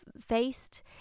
faced